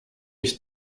ich